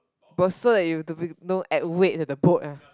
but so you have to be know add weight to the boat ah